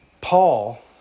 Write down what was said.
Paul